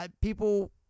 People